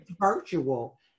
virtual